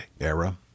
era